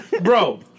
Bro